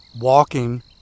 walking